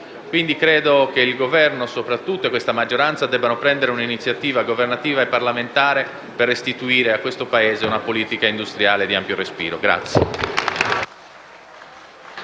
quindi che il Governo soprattutto e questa maggioranza debbano prendere un'iniziativa governativa e parlamentare per restituire a questo Paese una politica industriale di ampio respiro.